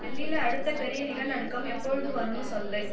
டெல்லியில் அடுத்த பெரிய நிலநடுக்கம் எப்பொழுது வரும்ன்னு சொல்